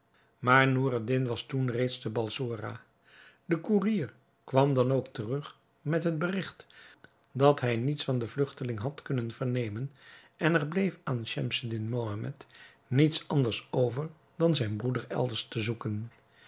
maar noureddin was toen reeds te balsora de koerier kwam dan ook terug met het berigt dat hij niets van den vlugteling had kunnen vernemen en er bleef aan schemseddin mohammed niets anders over dan zijn broeder elders te zoeken